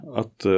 att